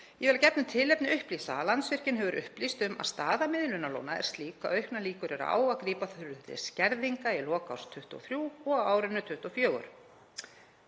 ég vil að gefnu tilefni upplýsa að Landsvirkjun hefur upplýst um að staða miðlunarlóna er slík að auknar líkur eru á að grípa þurfi til skerðinga í lok árs 2023 og á árinu 2024